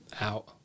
out